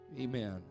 Amen